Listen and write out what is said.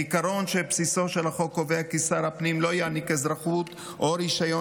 העיקרון בבסיסו של החוק קובע כי שר הפנים לא יעניק אזרחות או רישיון